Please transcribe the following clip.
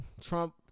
Trump